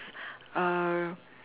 uh